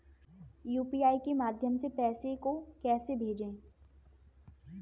UPI के माध्यम से पैसे को कैसे भेजें?